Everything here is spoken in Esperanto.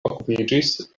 okupiĝis